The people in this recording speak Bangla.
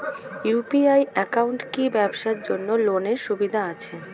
ইউ.পি.আই একাউন্টে কি ব্যবসার জন্য লোনের সুবিধা আছে?